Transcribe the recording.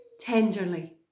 tenderly